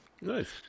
Nice